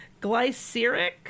glyceric